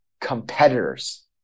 competitors